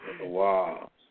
Wow